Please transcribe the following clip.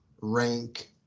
rank